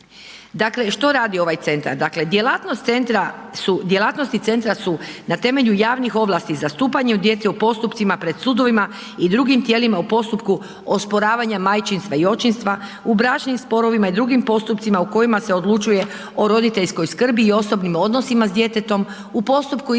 Dakle što radi ovaj centar?